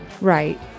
Right